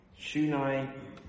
Shunai